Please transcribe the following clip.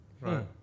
Right